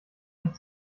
nicht